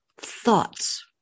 thoughts